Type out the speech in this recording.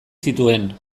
zituen